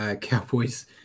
Cowboys